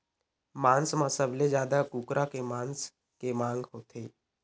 मांस म सबले जादा कुकरा के मांस के मांग होथे